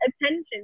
attention